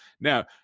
Now